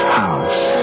house